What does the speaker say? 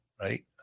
right